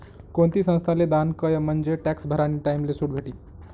कोणती संस्थाले दान कयं म्हंजे टॅक्स भरानी टाईमले सुट भेटी